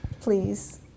please